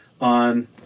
on